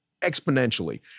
exponentially